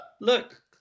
Look